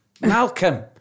Malcolm